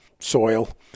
soil